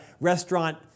restaurant